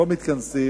לא מתכנסים,